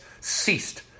ceased